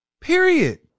Period